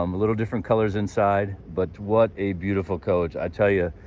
um a little different colors inside, but what a beautiful coach, i tell you.